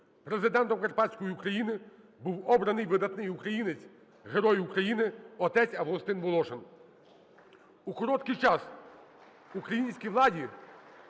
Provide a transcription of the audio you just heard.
Президентом Карпатської України був обраний видатний українець – Герой України отець Августин Волошин. У короткий час українській владі